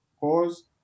cause